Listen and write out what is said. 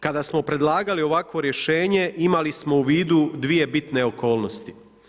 Kada smo predlagali ovakvo rješenje imali smo u vidu dvije bitne okolnosti.